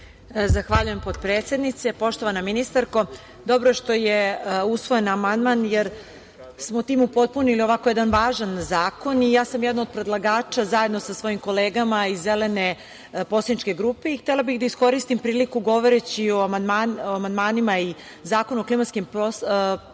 Zahvaljujem, potpredsednice. Poštovana ministarko, dobro je što je usvojen amandman, jer smo time upotpunili jedan važan zakon i ja sam jedna od predlagača zajedno sa svojim kolegama iz Zelene poslaničke grupe. Htela bih da iskoristim priliku govoreći o amandmanima i Zakonu o klimatskim promenama,